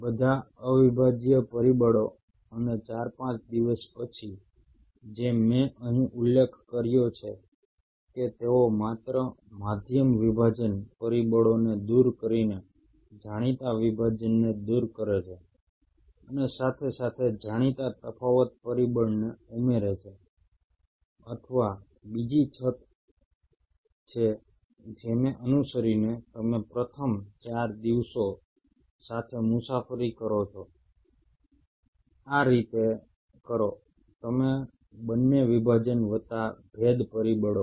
બધા અવિભાજ્ય પરિબળો અને 4 5 દિવસ પછી જેમ મેં અહીં ઉલ્લેખ કર્યો છે કે તેઓ માત્ર મધ્યમ વિભાજન પરિબળોને દૂર કરીને જાણીતા વિભાજનને દૂર કરે છે અને સાથે સાથે જાણીતા તફાવત પરિબળને ઉમેરે છે અથવા બીજી છત છે જેને અનુસરીને તમે પ્રથમ 4 દિવસો સાથે મુસાફરી શરૂ કરો છો આ રીતે કરો તમે બંને વિભાજન વત્તા ભેદ પરિબળો